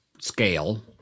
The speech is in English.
scale